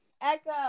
Echo